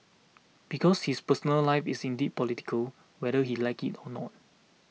because his personal life is indeed political whether he likes it or not